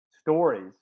stories